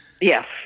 Yes